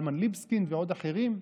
אצל קלמן ליבסקינד ועוד אחרים,